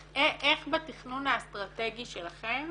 אז איך בתכנון האסטרטגי שלכם